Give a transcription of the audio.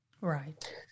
Right